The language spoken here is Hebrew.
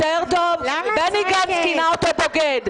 בני גנץ כינה אותו בוגד,